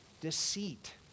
deceit